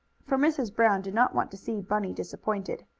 for mrs. brown did not want to see bunny disappointed.